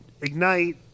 ignite